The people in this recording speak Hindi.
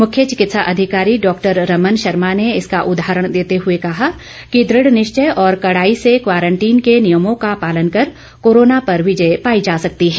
मुख्य चिकित्सा अधिकारी डॉक्टर रमन शर्मा ने इसका उदाहरण देते हुए कहा कि दृढ़ निश्चय और कड़ाई से क्वारंटीन के नियमों का पालन कर कोरोना पर विजय पाई जा सकती है